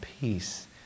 peace